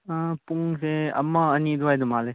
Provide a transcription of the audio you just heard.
ꯄꯨꯡꯁꯦ ꯑꯃ ꯑꯅꯤ ꯑꯗꯨꯋꯥꯏꯗ ꯃꯥꯜꯂꯦ